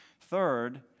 Third